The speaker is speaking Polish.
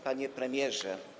Panie Premierze!